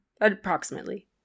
Approximately